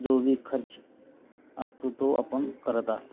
जो बी खर्च असतो तो आपण करत असतो